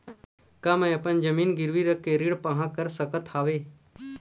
का मैं अपन जमीन गिरवी रख के ऋण पाहां कर सकत हावे?